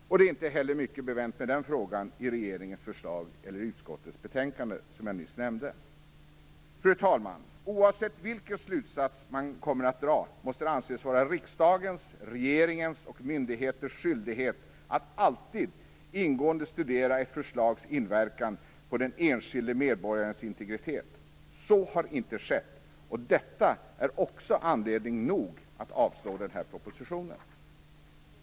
Och det är inte heller mycket bevänt med den frågan i regeringens förslag eller i utskottets betänkande, som jag nyss nämnde. Fru talman! Oavsett vilken slutsats man kommer att dra måste det anses vara riksdagens, regeringens och myndigheters skyldighet att alltid ingående studera ett förslags inverkan på den enskilde medborgarens integritet. Så har inte skett, och detta är också anledning nog att avslå den här propositionen.